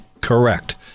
Correct